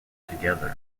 together